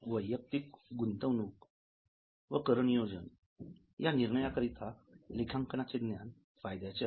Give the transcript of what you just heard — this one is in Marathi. वैयक्तिक गुंतवणूक व कर नियोजन या निर्णया करिता लेखांकनाचे ज्ञान फायद्याचे आहे